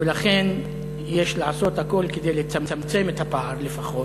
ולכן יש לעשות הכול כדי לצמצם את הפער לפחות,